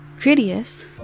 Critias